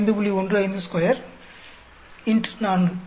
152 X 4